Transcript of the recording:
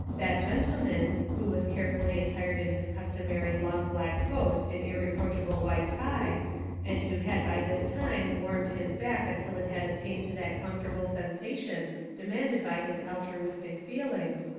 that gentleman, who was carefully attired in his customary long black coat and irreproach able white tie and who had by this time warmed his back until it had attained to that comfort able sensation demanded by his altruistic feel ings,